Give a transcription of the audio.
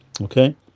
okay